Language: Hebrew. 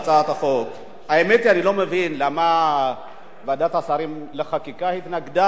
אני לא מבין למה ועדת השרים לחקיקה התנגדה להצעת החוק הזאת.